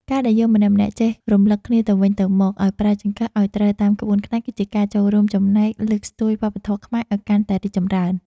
ការដែលយើងម្នាក់ៗចេះរំលឹកគ្នាទៅវិញទៅមកឱ្យប្រើចង្កឹះឱ្យត្រូវតាមក្បួនខ្នាតគឺជាការចូលរួមចំណែកលើកស្ទួយវប្បធម៌ខ្មែរឱ្យកាន់តែរីកចម្រើន។